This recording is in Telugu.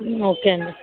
ఓకే అండి